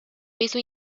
piso